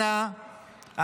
אנא,